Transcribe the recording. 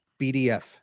BDF